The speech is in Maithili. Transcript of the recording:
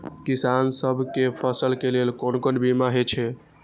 किसान सब के फसल के लेल कोन कोन बीमा हे छे?